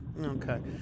Okay